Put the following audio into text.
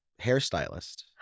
hairstylist